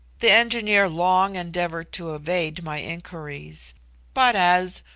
the engineer long endeavoured to evade my inquiries but as,